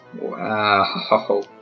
Wow